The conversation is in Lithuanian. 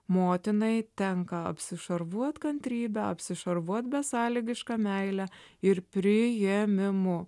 motinai tenka apsišarvuot kantrybe apsišarvuot besąlygiška meile ir priėmimu